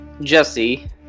Jesse